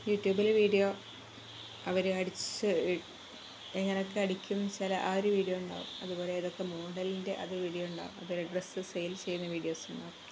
you ട്യൂബില് video അവര് അടിച്ച് എങ്ങനൊക്കെ അടിക്കും ചില ആ ഒരു വീഡിയോ ഉണ്ടാവും അതുപോലെ ഏതൊക്കെ മോഡലിൻ്റെ അത് വീഡിയോ ഉണ്ടാവും അതുപോലെ ഡ്രസ്സ് സെയിൽ ചെയ്യുന്ന വീഡിയോസ് ഉണ്ടാവും